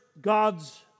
God's